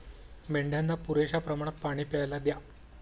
मेंढ्यांना पुरेशा प्रमाणात पाणी प्यायला द्या